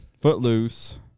Footloose